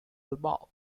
البعض